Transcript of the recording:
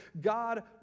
God